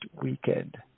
weekend